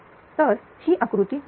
तर हीआकृती बरोबर